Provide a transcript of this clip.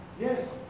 Yes